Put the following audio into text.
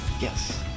yes